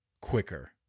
quicker